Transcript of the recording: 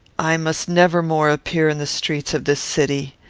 i must never more appear in the streets of this city.